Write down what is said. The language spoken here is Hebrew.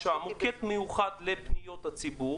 שעה לתוקף מוקד מיוחד לפניות הציבור,